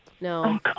No